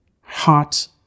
heart